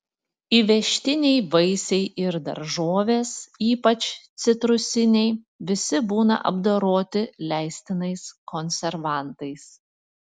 įvežtiniai vaisiai ir daržovės ypač citrusiniai visi būna apdoroti leistinais konservantais